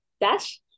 dash